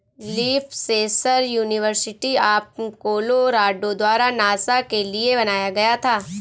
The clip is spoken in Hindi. leaf sensor university of Colorado द्वारा नासा के लिए बनाया गया था